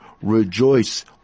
rejoice